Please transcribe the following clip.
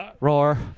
roar